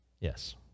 Yes